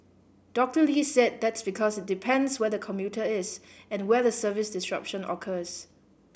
Doctor Lee said that's because it depends where the commuter is and where the service disruption occurs